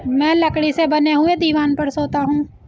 मैं लकड़ी से बने हुए दीवान पर सोता हूं